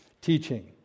teaching